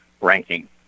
ranking